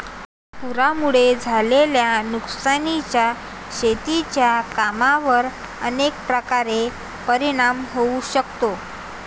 पुरामुळे झालेल्या नुकसानीचा शेतीच्या कामांवर अनेक प्रकारे परिणाम होऊ शकतो